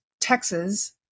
Texas